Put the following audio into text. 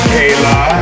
Kayla